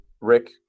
Rick